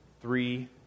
three